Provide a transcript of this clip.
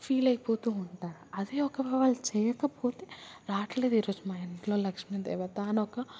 feel అయిపోతూ ఉంటారు అదే ఒక వేళా చెయ్యకపోతే రావట్లేదు ఈరోజు మా ఇంట్లో లక్ష్మి దేవత అని ఒక